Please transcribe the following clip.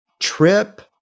trip